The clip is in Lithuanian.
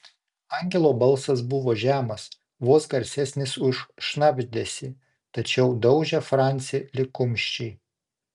angelo balsas buvo žemas vos garsesnis už šnabždesį tačiau daužė francį lyg kumščiai